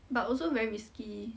but also very risky